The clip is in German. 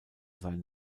sein